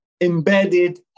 embedded